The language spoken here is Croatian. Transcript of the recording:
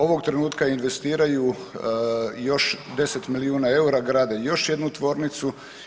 Ovog trenutka investiraju još 10 milijuna eura, grade još jednu tvornicu.